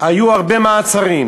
שהיו הרבה מעצרים.